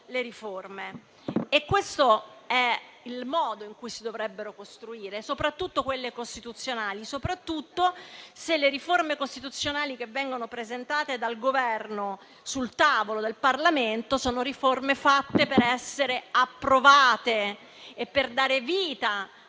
le riforme. Questo è il modo in cui si dovrebbero costruire, soprattutto quelle costituzionali, soprattutto se le riforme costituzionali che vengono presentate dal Governo sul tavolo del Parlamento sono fatte per essere approvate e per dare vita